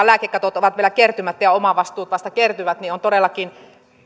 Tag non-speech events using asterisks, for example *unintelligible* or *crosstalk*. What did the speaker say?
*unintelligible* lääkekatot ovat vielä kertymättä ja omavastuut vasta kertyvät on todellakin